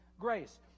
grace